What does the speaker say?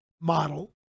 model